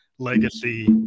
Legacy